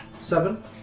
Seven